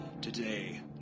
Today